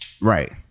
Right